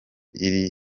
iri